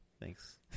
Thanks